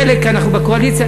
חלק אנחנו בקואליציה.